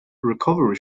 recovery